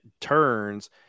turns